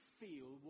feel